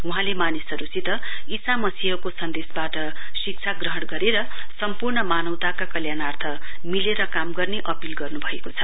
वहाँले मानिसहरुसित ईसामसीहको सन्देवाट शिक्षा ग्रहण गरेर सम्पूर्ण मानवताको कल्याणार्थ मिलेर काम गर्ने अपील गर्नुभएको छ